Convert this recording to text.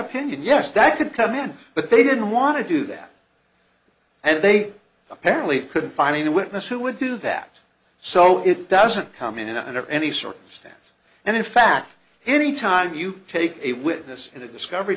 opinion yes that could come in but they didn't want to do that and they apparently couldn't find a witness who would do that so it doesn't come in under any circumstance and in fact he any time you take a witness in a discovery